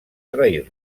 trair